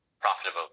profitable